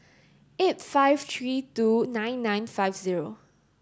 eight five three two nine nine five zero